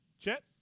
Chet